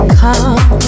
come